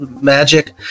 magic